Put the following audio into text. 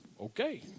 Okay